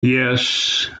yes